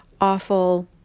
awful